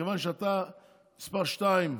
מכיוון שאתה מספר שתיים,